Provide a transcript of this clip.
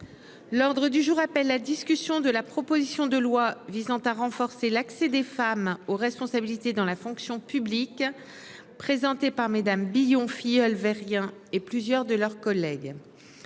L'ordre du jour appelle la discussion de la proposition de loi. Visant à renforcer l'accès des femmes aux responsabilités dans la fonction publique. Présentée par Madame Billon filleul variant et plusieurs de leurs collègues.